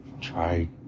try